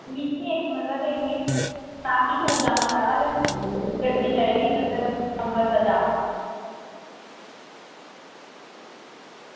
मिगी इक मतलब इक मिगी फैमिली टूर जाना साढ़ा ते इक गड्डी चाहिदी मतलब अंबरसर जाना